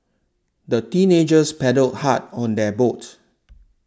the teenagers paddled hard on their boat